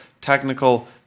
technical